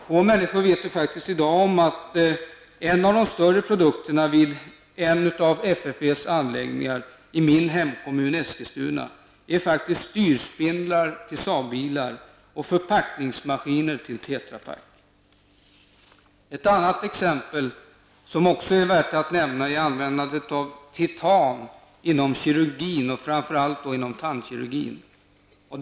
Få människor i dag vet om att en av de större produkterna vid en av FFVs anläggningar min hemkommun Eskilstuna är styrspindlar till Saab-bilar och förpackningsmaskiner till Tetrapack. Ett annat exempel, som också är värt att nämna, är användandet av titan inom kirurgin och framför allt inom tandkirurgin.